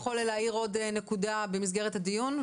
יכול להאיר עוד נקודה במסגרת הדיון.